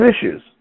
issues